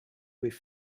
with